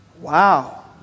Wow